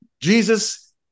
Jesus